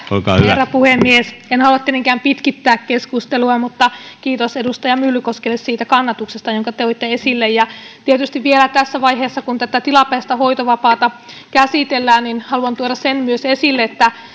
herra puhemies en halua tietenkään pitkittää keskustelua mutta kiitos edustaja myllykoskelle siitä kannatuksesta jonka toitte esille tietysti vielä tässä vaiheessa kun tätä tilapäistä hoitovapaata käsitellään haluan tuoda esille myös sen että